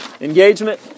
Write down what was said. Engagement